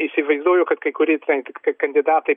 įsivaizduoju kad kai kurie ten tiktai kandidatai